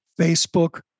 Facebook